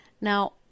Now